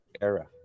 era